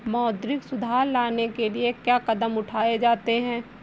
मौद्रिक सुधार लाने के लिए क्या कदम उठाए जाते हैं